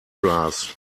grass